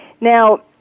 Now